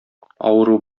авыру